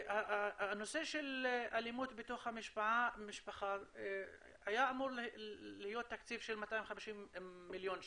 לנושא של אלימות תוך המשפחה היה אמור להיות תקציב של 250 מיליון שקל,